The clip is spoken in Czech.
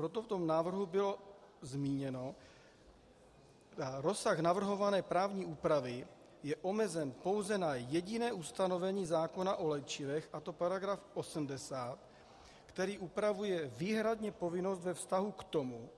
Proto v tom návrhu bylo zmíněno: Rozsah navrhované právní úpravy je omezen pouze na jediné ustanovení zákona o léčivech, a to § 80, který upravuje výhradně povinnost ve vztahu k tomu,